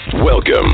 Welcome